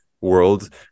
world